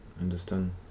understand